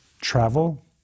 travel